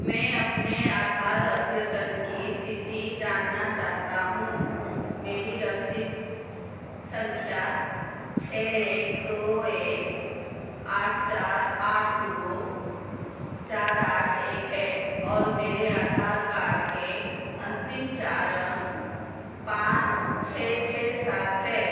मैं अपने आधार अद्यतन की इस्थिति जानना चाहता हूँ मेरी रसीद सँख्या छह एक दो एक आठ चार आठ दो चार आठ एक है और मेरे आधार कार्ड के अन्तिम चार अंक पाँच छह छह सात हैं